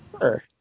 Sure